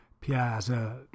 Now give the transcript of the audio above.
piazza